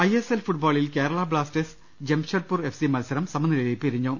ISL ഫുട്ബോളിൽ Kerala Blasters Jamshedpur F C മത്സരം സമനിലയിൽ പിരിഞ്ഞു